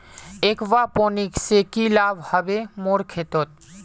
aquaponics से की लाभ ह बे मोर खेतोंत